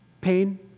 Pain